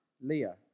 Leah